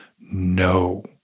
No